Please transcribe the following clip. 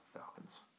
Falcons